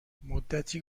مدتی